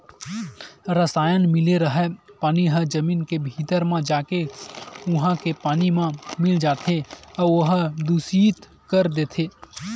रसायन मिले हरय पानी ह जमीन के भीतरी म जाके उहा के पानी म मिल जाथे अउ ओला दुसित कर देथे